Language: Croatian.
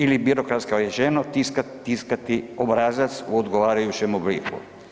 Ili birokratski rečeno, tiskat obrazac u odgovarajućem obliku.